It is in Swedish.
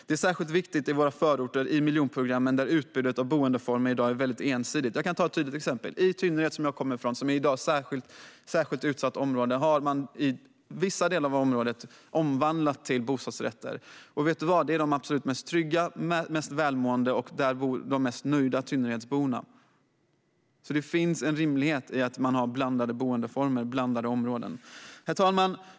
Det är särskilt viktigt i våra förorter, i miljonprogrammen, där utbudet av boendeformer i dag är väldigt ensidigt. Jag kan nämna ett tydligt exempel. I Tynnered, som jag kommer från och som i dag är ett särskilt utsatt område, har man i vissa delar omvandlat bostäder till bostadsrätter. Och, vet du vad, det är där de absolut mest trygga, mest välmående och mest nöjda Tynneredsborna bor. Det finns alltså en rimlighet i att man har blandade boendeformer och blandade områden. Herr talman!